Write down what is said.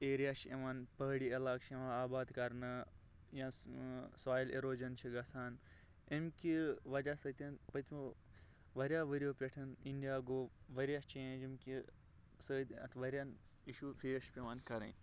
area چھِ یوان پہاڑی عَلاقہٕ چھِ یوان آباد کرنہٕ یا سۄیل اِروجن چھِ گژھان امہِ کہِ وَجہِ سۭتھۍ پٔتمیٚو واریاہ ؤرۍ یو پٮ۪ٹھ اِنٛڈیا گوٚو واریاہ چینج ییٚمہِ کہِ سۭتۍ اتھ واریاہ اِشوٗ چھِ فیس پیٚوان کرٕنۍ